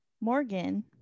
Morgan